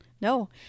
No